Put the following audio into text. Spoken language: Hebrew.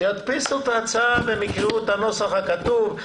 אני מציע שידפיסו את הנוסח והם יקראו את הנוסח הכתוב.